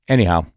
Anyhow